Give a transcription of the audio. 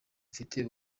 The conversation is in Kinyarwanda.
bifite